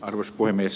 arvoisa puhemies